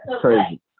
crazy